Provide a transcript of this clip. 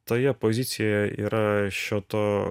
toje pozicijoje yra šio to